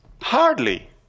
Hardly